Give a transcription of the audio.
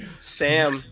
Sam